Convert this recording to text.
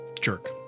jerk